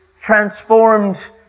transformed